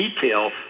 detail